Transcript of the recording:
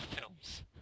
films